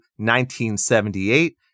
1978